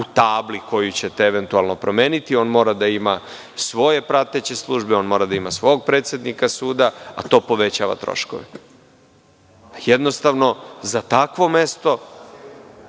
u tabli koju ćete eventualno promeniti, on mora da ima svoje prateće službe, da ima svom predsednika suda, a to povećava troškove. Jednostavno, za takvo mesto,